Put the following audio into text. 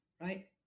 right